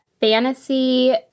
fantasy